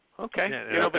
Okay